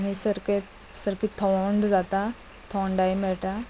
आनी सारके सारकें थोंड जाता थोंडाय मेळटा